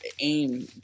aim